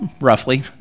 roughly